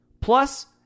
Plus